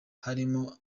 harimo